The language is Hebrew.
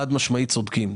חד משמעית צודקים.